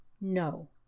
No